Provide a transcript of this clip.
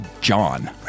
John